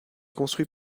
construit